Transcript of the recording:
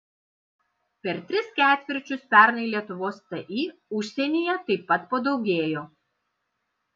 per tris ketvirčius pernai lietuvos ti užsienyje taip pat padaugėjo